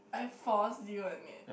I force you on it